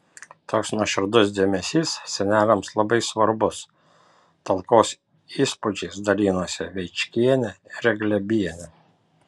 toks nuoširdus dėmesys seneliams labai svarbus talkos įspūdžiais dalinosi vaičkienė ir glėbienė